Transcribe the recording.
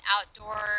outdoor